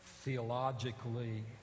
theologically